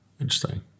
Interesting